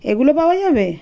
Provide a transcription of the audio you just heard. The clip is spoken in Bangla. এগুলো পাওয়া যাবে